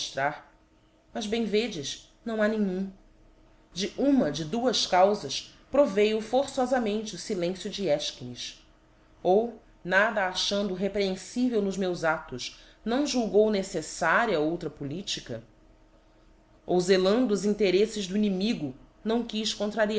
moftrar mas bem vedes não ha nenhum de uma de duas cauías proveiu forçofamente o lilencio de efchines ou nada achando reprehenfivel nos meus aâos não julgou necdfaria outra politica ou selando os intereífes do inimigo não quiz contraríal os